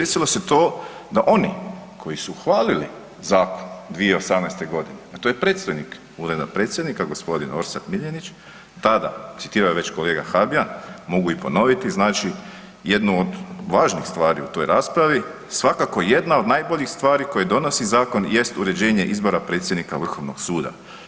Desilo se to da oni koji su hvalili zakon 2018. g., a to je predstojnik Ureda predsjednika g. Orsat Miljenić, tada, citirao je već kolega Habijan, mogu i ponoviti, znači jednu od važnijih stvari u toj raspravi, svakako jedna od najboljih stvari koje donosi zakon jest uređenje izbora predsjednika Vrhovnog suda.